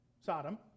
Sodom